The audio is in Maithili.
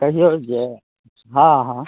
कहिऔ जे हँ हँ